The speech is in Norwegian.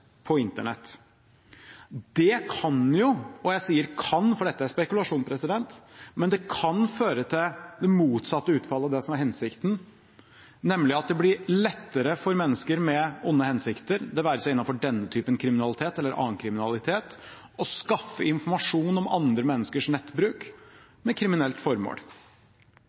på internett? Det kan jo – og jeg sier kan, for dette er spekulasjon – føre til det motsatte utfallet av det som var hensikten, nemlig at det blir lettere for mennesker med onde hensikter, det være seg innenfor denne typen eller annen type kriminalitet, å skaffe informasjon om andre menneskers nettbruk med kriminelt formål.